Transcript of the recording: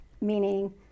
meaning